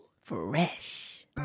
fresh